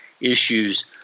issues